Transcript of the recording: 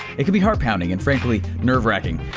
it can be heart pounding, and frankly, nerve wracking.